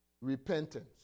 repentance